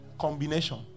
combination